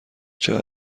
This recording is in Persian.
چقدر